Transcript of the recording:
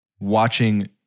watching